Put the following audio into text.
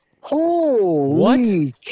holy